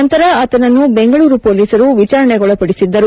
ನಂತರ ಆತನನ್ನು ಬೆಂಗಳೂರು ಪೊಲೀಸರು ವಿಚಾರಣೆಗೊಳಿಪಡಿಸಿದ್ದರು